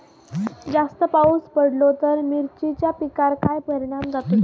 जास्त पाऊस पडलो तर मिरचीच्या पिकार काय परणाम जतालो?